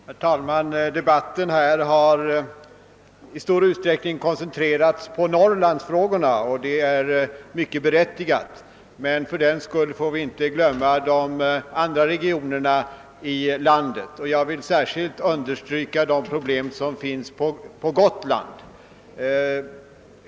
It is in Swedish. Herr talman! Den debatt som här förts har i hög grad inriktats på Norrlandsfrågorna och det är mycket berättigat. Men vi får inte fördenskull glömma de andra regionerna i landet och jag vill särskilt erinra om problemen på Gotland.